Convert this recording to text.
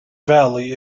valley